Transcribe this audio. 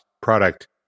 product